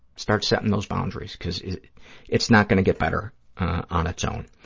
start setting those boundaries, because it's not going to get better on its own.